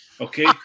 okay